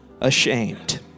ashamed